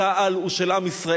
צה"ל הוא של עם ישראל,